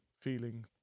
feeling